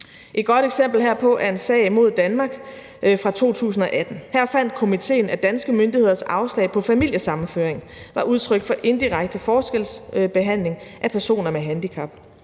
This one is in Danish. Et godt eksempel herpå er en sag mod Danmark fra 2018. Her fandt komitéen, at danske myndigheders afslag på familiesammenføring var udtryk for indirekte forskelsbehandling af personer med handicap.